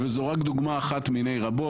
וזו רק דוגמה אחת מיני רבות.